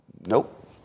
Nope